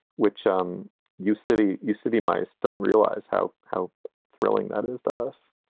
which um you city you city mice don't realize how how thrilling that is us